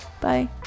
Bye